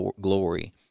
glory